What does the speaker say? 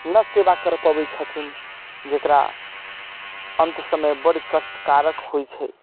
नहि सेवा करि पबैत छथिन जकरा अन्त समय बड्ड कष्टकारक होइत छै